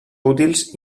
útils